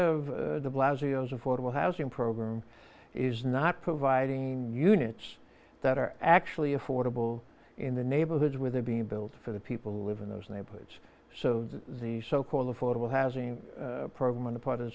affordable housing program is not providing units that are actually affordable in the neighborhoods where they're being built for the people who live in those neighborhoods so the so called affordable housing program on the part of the